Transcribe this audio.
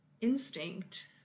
instinct